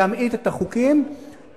בתחומים האלה כדאי מאוד להמעיט את החוקים,